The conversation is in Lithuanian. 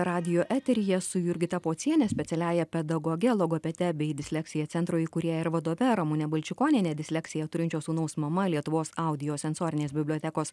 radijo eteryje su jurgita pociene specialiąja pedagoge logopede bei disleksija centro įkūrėja ir vadove ramune balčikoniene disleksiją turinčio sūnaus mama lietuvos audiosensorinės bibliotekos